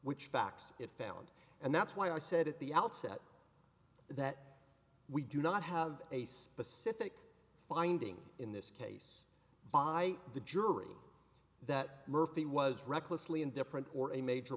which facts it found and that's why i said at the outset that we do not have a specific finding in this case by the jury that murphy was recklessly indifferent or a major